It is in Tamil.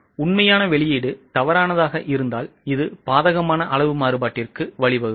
உண்மையான வெளியீடு தவறானதாக இருந்தால் இது பாதகமான அளவு மாறுபாட்டிற்கு வழிவகுக்கும்